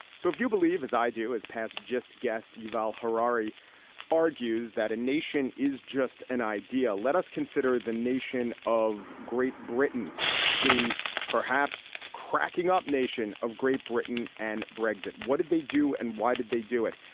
so if you believe as i do as pass just guest yuval harari argues that a nation is just an idea. let us consider the nation of great britain the perhaps cracking up nation of great britain and brexit. what did they do and why did they do it.